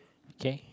okay